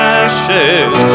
ashes